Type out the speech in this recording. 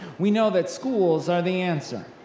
we know that schools are the answer.